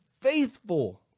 faithful